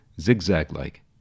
zigzag-like